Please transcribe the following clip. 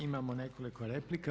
Imamo nekoliko replika.